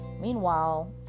Meanwhile